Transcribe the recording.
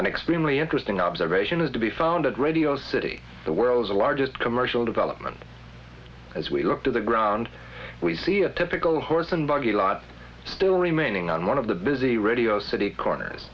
an extremely interesting observation is to be found at radio city the world's largest commercial development as we look to the ground we see a typical horse and buggy lot still remaining on one of the busy the radio city corners